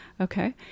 Okay